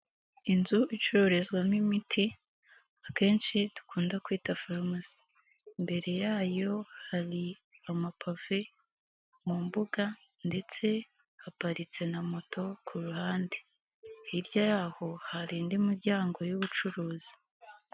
Inzu icururizwamo imiti, akenshi dukunda kwita farumasi. Imbere yayo hari amapave mu mbuga, ndetse haparitse na moto ku ruhande, hirya y'aho hari indi miryango y'ubucuruzi.